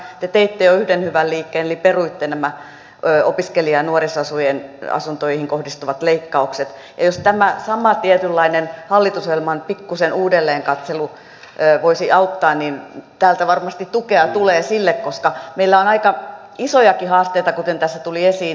te teitte jo yhden hyvän liikkeen eli peruitte nämä opiskelija ja nuorisoasuntoihin kohdistuvat leikkaukset ja jos tämä sama tietynlainen hallitusohjelman pikkuinen uudelleenkatselu voisi auttaa niin täältä varmasti tukea tulee sille koska meillä on aika isojakin haasteita kuten tässä tuli esiin